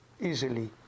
easily